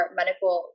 medical